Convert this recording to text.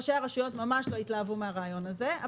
ראשי הרשויות ממש לא התלהבו מהרעיון הזה.